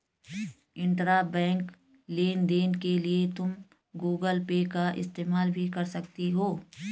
intrabank लेन देन के लिए तुम गूगल पे का इस्तेमाल भी कर सकती हो